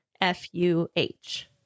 F-U-H